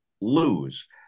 lose